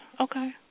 okay